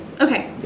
Okay